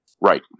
Right